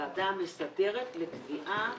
לוועדה המסדרת לקביעה